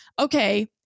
okay